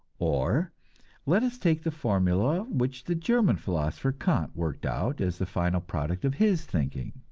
or let us take the formula which the german philosopher kant worked out as the final product of his thinking